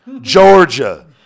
Georgia